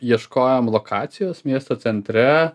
ieškojom lokacijos miesto centre